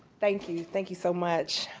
thank you thank you so much.